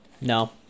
No